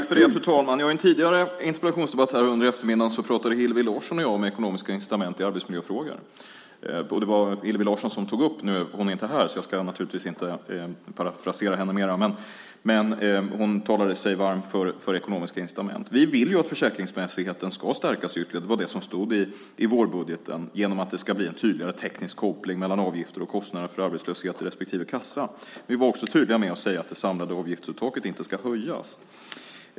Fru talman! I en tidigare interpellationsdebatt under eftermiddagen pratade Hillevi Larsson och jag om ekonomiska incitament i arbetsmiljöfrågor. Hillevi Larsson är inte här, så jag ska naturligtvis inte parafrasera henne mer, men hon talade sig varm för ekonomiska incitament. Vi vill att försäkringsmässigheten ska stärkas ytterligare - det var det som stod i vårbudgeten - genom att det ska bli en tydligare teknisk koppling mellan avgifter och kostnader för arbetslöshet i respektive kassa. Men vi var också tydliga med att säga att det samlade avgiftsuttaget inte ska höjas.